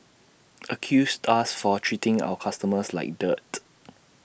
accused us for treating our customers like dirt